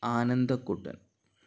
Anandakuttan